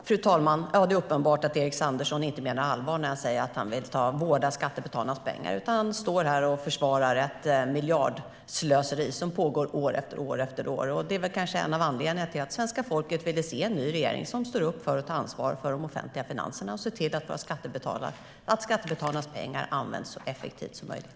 Fru talman! Det är uppenbart att Erik Andersson inte menar allvar när han säger att han vill vårda skattebetalarnas pengar. Han står här och försvarar ett miljardslöseri som pågår år efter år. Det är kanske en av anledningarna till att svenska folket ville se en ny regering som står upp för och tar ansvar för de offentliga finanserna och ser till att skattebetalarnas pengar används så effektivt som möjligt.